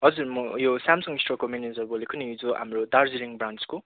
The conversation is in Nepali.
हजुर म यो सेमसङ स्टोरको म्यानेजर बोलेको नि जो दार्जिलिङ ब्रान्चको